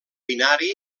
binari